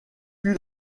fut